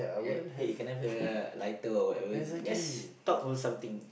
right hey can I have a lighter or whatever let's talk on something